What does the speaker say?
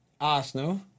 Arsenal